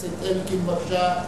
חבר הכנסת זאב אלקין, בבקשה,